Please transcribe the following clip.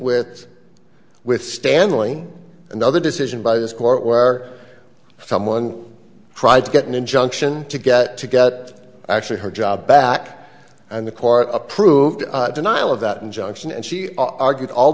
with with stanley another decision by this court where someone tried to get an injunction to get to get actually her job back and the court approved denial of that injunction and she argued all